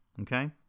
okay